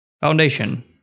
foundation